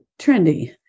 trendy